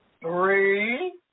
Three